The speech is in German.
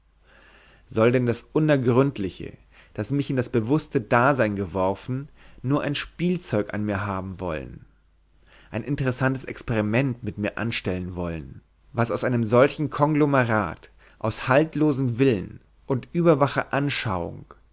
soll denn das unergründliche das mich in das bewußte dasein geworfen nur sein spielzeug an mir haben wollen ein interessantes experiment mit mir anstellen wollen was aus solchem konglomerat aus haltlosem willen und überwacher anschauung